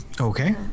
Okay